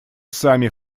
сами